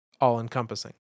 all-encompassing